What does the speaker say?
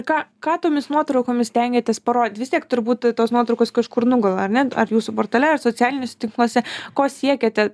ką ką tomis nuotraukomis stengiatės parodyt vis tiek turbūt tos nuotraukos kažkur nugula ar ne ar jūsų portale ar socialiniuose tinkluose ko siekiate